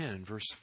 verse